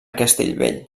castellvell